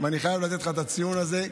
ואני חייב לתת לך את הציון הזה.